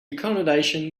accommodation